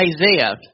Isaiah